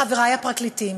לחברי הפרקליטים